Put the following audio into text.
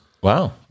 Wow